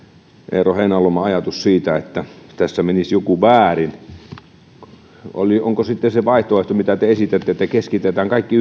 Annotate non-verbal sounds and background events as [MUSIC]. eero heinäluoman ajatus siitä että tässä menisi jokin väärin onko sitten se vaihtoehto mitä te esitätte että keskitetään kaikki [UNINTELLIGIBLE]